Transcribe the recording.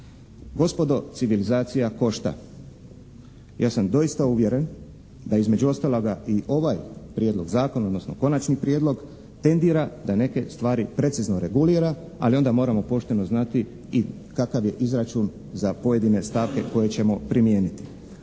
Gospodo civilizacija košta. Ja sam doista uvjeren da između ostaloga i ovaj prijedlog zakona, odnosno konačni prijedlog tendira da neke stvari precizno regulira, ali onda moramo pošteno znati i kakav je izračun za pojedine stavke koje ćemo primijeniti.